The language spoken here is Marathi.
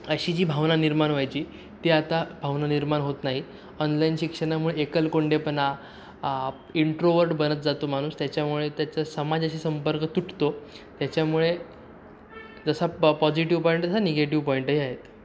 अशी जी भावना निर्माण व्हायची ती आता भावना निर्माण होत नाही ऑनलाईन शिक्षणामुळे एकलकोंडेपणा इंट्रोवर्ड बनत जातो माणूस त्याच्यामुळे त्याचा समाजाशी संपर्क तुटतो त्याच्यामुळे जसा प पॉझिटिव्ह पॉईंट तसा निगेटिव पॉईंटही आहेत